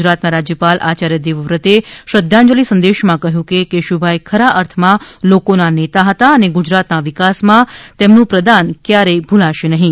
ગુજરાત ના રાજ્યપાલ આચાર્ય દેવવ્રત શ્રદ્ધાંજલી સંદેશામાં કહ્યું છે કે કેશુભાઈ ખરા અર્થ માં લોકો ના નેતા હતા અને ગુજરાત ના વિકાસ માં તેમનું પ્રદાન ક્યારેય ભૂલશે નહીં